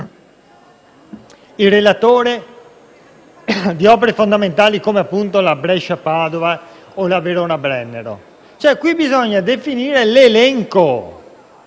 il relatore, di opere fondamentali come, appunto, la Brescia-Padova o la Verona-Brennero. Bisogna definire un elenco.